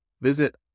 Visit